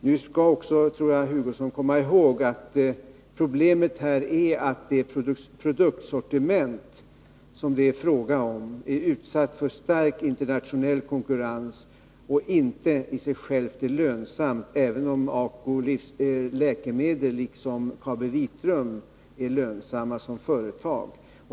Nu skall herr Hugosson också komma ihåg att problemet är att det produktsortiment som det är fråga om är utsatt för stark internationell konkurrens och inte i sig självt är lönsamt — även om ACO Läkemedel liksom KabiVitrum är lönsamt som företag.